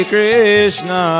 Krishna